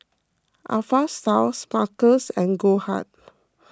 Alpha Style Smuckers and Goldheart